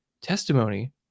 testimony